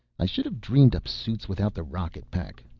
i should've dreamed up suits without the rocket pack.